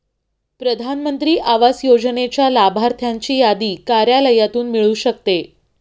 प्रधान मंत्री आवास योजनेच्या लाभार्थ्यांची यादी कार्यालयातून मिळू शकते